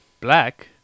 Black